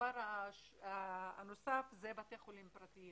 דבר נוסף הוא בתי חולים פרטיים